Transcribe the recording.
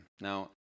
Now